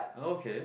okay